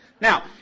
Now